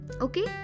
Okay